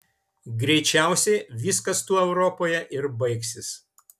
greičiausiai viskas tuo europoje ir baigsis